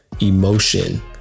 emotion